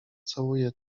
całuje